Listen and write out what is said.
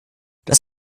das